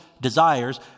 desires